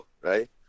right